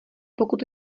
pokud